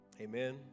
Amen